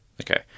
Okay